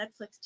Netflix